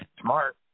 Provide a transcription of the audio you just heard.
Smart